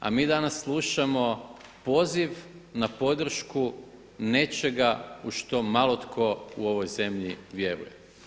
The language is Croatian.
A mi danas slušamo poziv na podršku nečega u što malo tko u ovoj zemlji vjeruje.